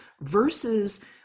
versus